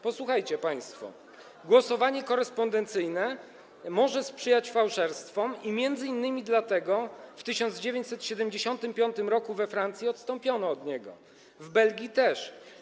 Posłuchajcie państwo: Głosowanie korespondencyjne może sprzyjać fałszerstwom i m.in. dlatego w 1975 r. we Francji odstąpiono od niego, w Belgii też.